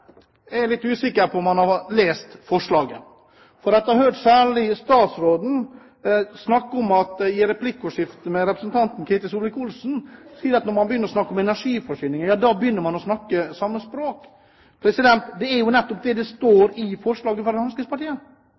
Jeg er litt usikker på om man har lest forslaget, særlig etter å ha hørt statsråden i et replikkordskifte med representanten Ketil Solvik-Olsen si at når man snakker om energiforsyning, ja da begynner man å snakke samme språk. Det er jo nettopp det det står i forslaget fra Fremskrittspartiet.